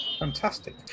Fantastic